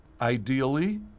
Ideally